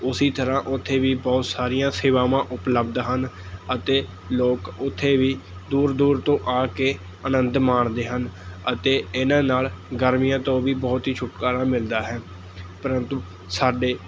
ਉਸੀ ਤਰ੍ਹਾਂ ਉੱਥੇ ਵੀ ਬਹੁਤ ਸਾਰੀਆਂ ਸੇਵਾਵਾਂ ਉਪਲੱਬਧ ਹਨ ਅਤੇ ਲੋਕ ਉੱਥੇ ਵੀ ਦੂਰ ਦੂਰ ਤੋਂ ਆ ਕੇ ਆਨੰਦ ਮਾਣਦੇ ਹਨ ਅਤੇ ਇਨ੍ਹਾਂ ਨਾਲ ਗਰਮੀਆਂ ਤੋਂ ਵੀ ਬਹੁਤ ਹੀ ਛੁਟਕਾਰਾ ਮਿਲਦਾ ਹੈ ਪਰੰਤੂ ਸਾਡੇ